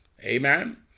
amen